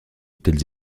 telles